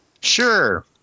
Sure